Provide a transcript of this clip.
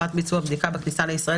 9),